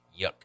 Yuck